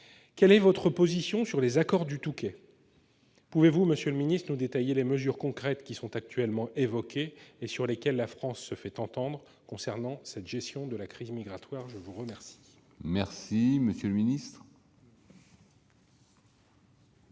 Quelle est votre position sur les accords du Touquet ? Pouvez-vous nous détailler les mesures concrètes qui sont actuellement évoquées et sur lesquelles la France se fait entendre, concernant cette gestion de la crise migratoire ? Très bien ! La parole est à M. le ministre.